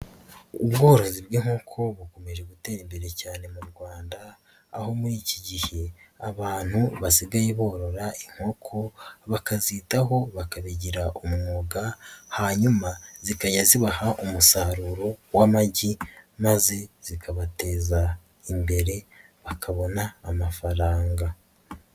Ubworozi bw'inkoko bukomeje gutera imbere cyane mu Rwanda, aho muri iki gihe abantu basigaye borora inkoko, bakazitaho, bakabigira umwuga, hanyuma zikajya zibaha umusaruro w'amagi maze zikabateza imbere, bakabona amafaranga.